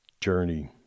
journey